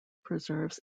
preserves